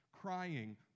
crying